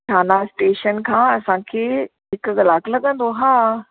थाना station खां असांखे हिकु कलाकु लॻंदो हा